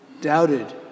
doubted